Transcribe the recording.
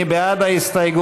מי בעד ההסתייגות?